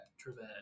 Trivet